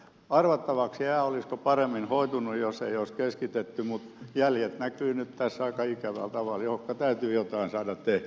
arvattavaksi jää olisiko paremmin hoitunut jos ei olisi keskitetty mutta jäljet näkyvät nyt tässä aika ikävällä tavalla ja niille täytyy jotain saada tehtyä